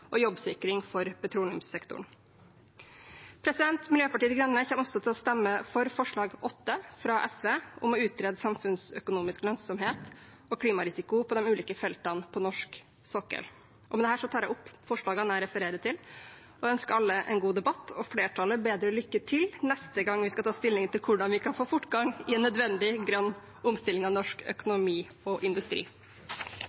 og jobbsikring for petroleumssektoren. Miljøpartiet De Grønne kommer også til å stemme for forslag nr. 8, fra SV, om å utrede samfunnsøkonomisk lønnsomhet og klimarisiko på de ulike feltene på norsk sokkel. Med dette tar jeg opp de forslagene jeg refererte til. Jeg ønsker alle en god debatt og flertallet bedre lykke til neste gang vi skal ta stilling til hvordan vi kan få fortgang i en nødvendig grønn omstilling av norsk